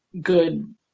good